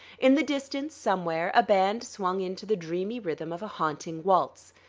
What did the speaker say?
in the distance, somewhere, a band swung into the dreamy rhythm of a haunting waltz.